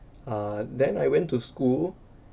err then I went to school